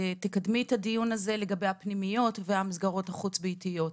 ותקדמי את הדיון הזה לגבי הפנימיות והמסגרות החוץ-ביתיות.